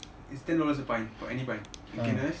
it's ten dollars a pint for any pint guinness